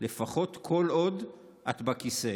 לפחות כל עוד את בכיסא.